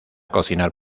cocinar